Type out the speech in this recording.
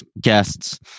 guests